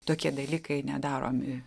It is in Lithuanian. tokie dalykai nedaromi